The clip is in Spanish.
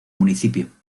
municipio